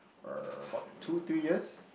uh what two three years